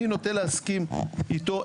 אני נוטה להסכים איתו,